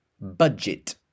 budget